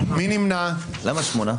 8 נמנעים,